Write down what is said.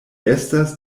estas